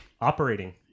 operating